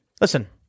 Listen